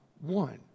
one